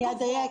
אני אדייק.